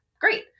great